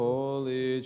Holy